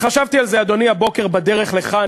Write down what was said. חשבתי על זה, אדוני, הבוקר בדרך לכאן.